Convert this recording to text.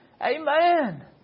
Amen